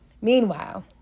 Meanwhile